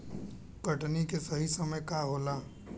कटनी के सही समय का होला?